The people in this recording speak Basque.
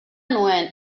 nuen